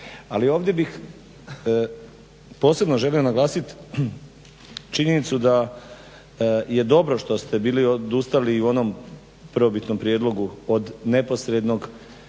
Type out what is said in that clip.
Ali ovdje bih posebno želio naglasit činjenicu da je dobro što ste bili odustali u onom prvobitnom prijedlogu od neposrednog,